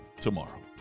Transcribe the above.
tomorrow